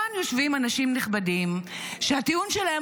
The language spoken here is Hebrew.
כאן יושבים אנשים נכבדים שהטיעון שלהם